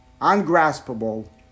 ungraspable